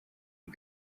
iyi